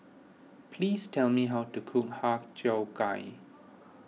please tell me how to cook Har Cheong Gai